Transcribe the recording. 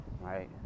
Right